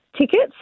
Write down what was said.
tickets